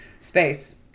Space